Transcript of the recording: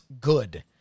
good